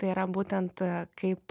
tai yra būtent kaip